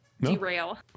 derail